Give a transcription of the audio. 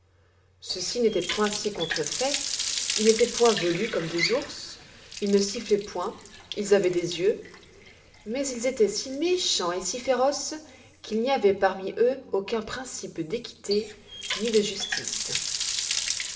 ceux-ci n'étoient point si contrefaits ils n'étoient point velus comme des ours ils ne siffloient point ils avoient des yeux mais ils étoient si méchants et si féroces qu'il n'y avoit parmi eux aucun principe d'équité ni de justice